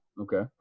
Okay